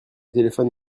téléphone